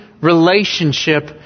relationship